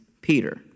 Peter